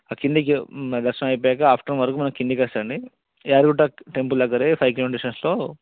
ఆ కిందికి మన దర్శనం అయిపోయినాక ఆఫ్టర్నూన్ వరకు మనం కిందికి వస్తే అండి యాదగిరి గుట్ట టెంపుల్ దగ్గర ఫైవ్ కిలోమీటర్స్ డిస్టెన్స్లో